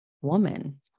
woman